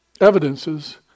evidences